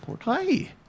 Hi